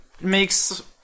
makes